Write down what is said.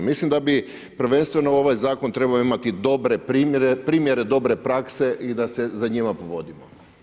Mislim da bi prvenstveno ovaj zakon trebao imati dobre primjere, primjere dobre prakse i da se za njima povodimo.